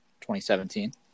2017